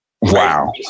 Wow